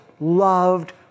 loved